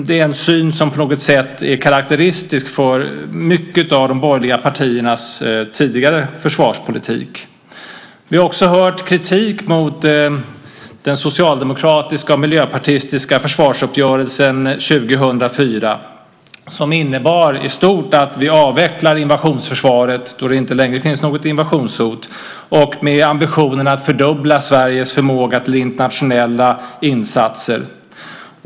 Det är en syn som på något sätt är karakteristisk för mycket av de borgerliga partiernas tidigare försvarspolitik. Vi har också hört kritik mot den socialdemokratiska och miljöpartistiska försvarsuppgörelsen 2004 som i stort innebar att vi avvecklar invasionsförsvaret då det inte längre finns något invasionshot och har ambitionen att fördubbla Sveriges förmåga till internationella insatser.